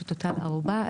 שתוטל ערובה,